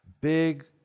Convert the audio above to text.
Big